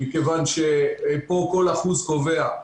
מכוון שפה כל אחוז קובע.